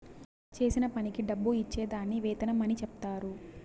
చేసిన పనికి డబ్బు ఇచ్చే దాన్ని వేతనం అని చెప్తారు